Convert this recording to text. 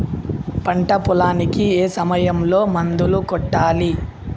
పంట పొలానికి ఏ సమయంలో మందులు కొట్టాలి?